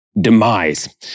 Demise